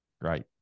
Great